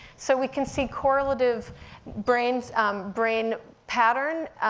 so we can see correlative brain um brain pattern,